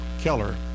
Keller